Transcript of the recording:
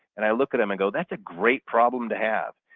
and i look at them and go, that's a great problem to have.